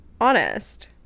honest